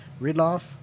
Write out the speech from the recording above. ridloff